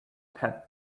pet